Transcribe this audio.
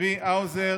צבי האוזר.